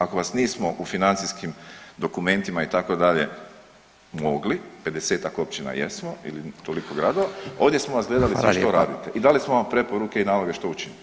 Ako vas nismo u financijskim dokumentima itd. mogli pedesetak općina jesmo ili toliko gradova, ovdje smo vas gledali sve što radite [[Upadica Radin: Hvala lijepa.]] I dali samo vam preporuke i naloge što učiniti.